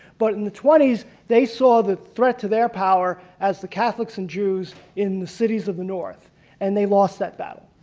but in the twenty s they saw the threat to their power as the catholics and jews in the cities of the north and they lost that battle.